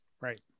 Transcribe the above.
Right